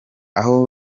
aho